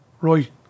right